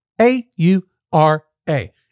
A-U-R-A